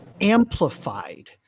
amplified